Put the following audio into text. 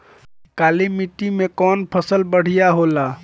काली माटी मै कवन फसल बढ़िया होला?